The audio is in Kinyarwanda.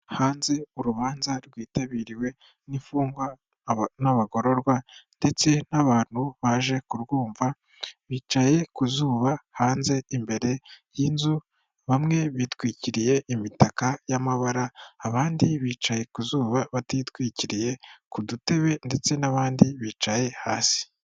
Hanze urubanza rwitabiriwe n'imfungwa n'abagororwa ndetse n'abantu baje kurwumva, bicaye ku zuba hanze imbere y'inzu, bamwe bitwikiriye imitaka y'amabara abandi bicaye ku zuba batitwikiriye ku dutebe ndetse n'abandi bicaye hasi.